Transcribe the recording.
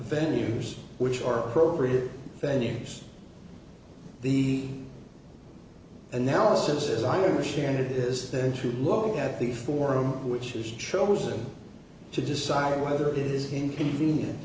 venues which are appropriate they need the analysis as i understand it is then to look at the forum which is chosen to decide whether it is inconvenient